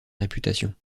réputation